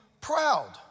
proud